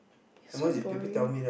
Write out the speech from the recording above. you're so boring